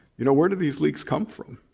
you know where do these leaks come from?